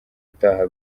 utaha